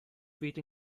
breed